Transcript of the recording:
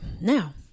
Now